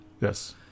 Yes